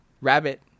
Rabbit